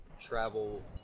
travel